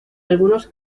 algunos